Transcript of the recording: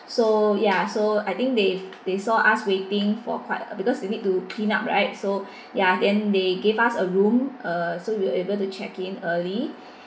so ya so I think they've they saw us waiting for quite because you need to clean up right so ya then they gave us a room uh so we're able to check in early